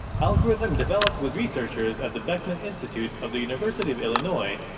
algorithm, developed with researchers at the beckman institute of the university of illinois,